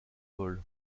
vol